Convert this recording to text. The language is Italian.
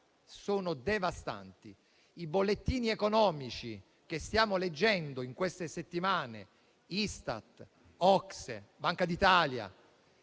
sono devastanti. I bollettini economici che stiamo leggendo in queste settimane (di Istat, OCSE, Banca d'Italia)